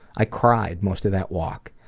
i cried most of that walk.